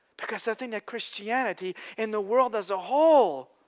because i think that christianity, and the world as a whole